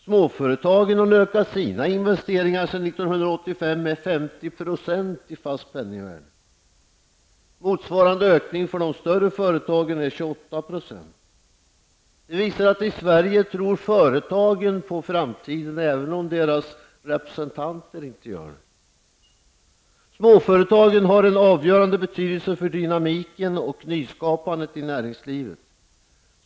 Småföretagen har ökat sina investeringar sedan 1985 med 50 % i fast penningvärde. Motsvarande ökning för de större företagen är 28 %. I Sverige tror företagen på framtiden, även om inte alla deras representanter gör det. Småföretagen har en avgörande betydelse för dynamiken och nyskapandet i näringslivet.